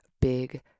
big